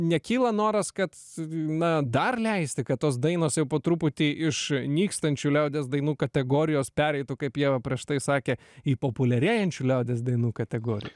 nekyla noras kad na dar leisti kad tos dainos jau po truputį iš nykstančių liaudies dainų kategorijos pereitų kaip ieva prieš tai sakė į populiarėjančių liaudies dainų kategoriją